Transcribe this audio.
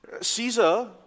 Caesar